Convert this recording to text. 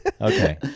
Okay